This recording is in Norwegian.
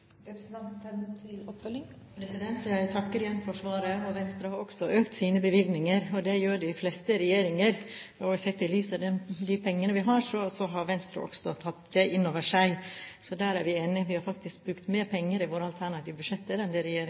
Jeg takker igjen for svaret. Venstre har også økt sine bevilgninger, og det gjør de fleste regjeringer. Sett i lys av de pengene vi har, har Venstre også tatt det inn over seg. Så der er vi enige. Vi har faktisk brukt mer penger i våre alternative budsjetter enn det